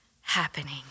happening